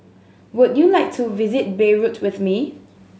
would you like to visit Beirut with me